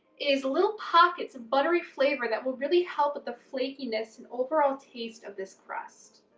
is little pockets of buttery flavor that will really help with the flakiness and overall taste of this crust.